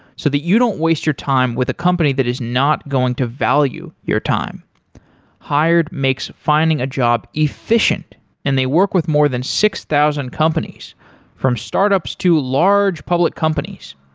so that you don't waste your time with a company that is not going to value your time hired makes finding a job efficient and they work with more than six thousand companies from startups to large public companies.